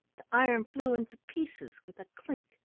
the iron flew into pieces with a clink.